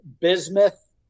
Bismuth